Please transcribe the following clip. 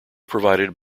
provided